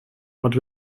but